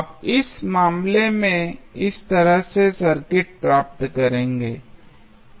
आप इस मामले में इस तरह से सर्किट प्राप्त करेंगे